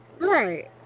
Right